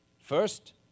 First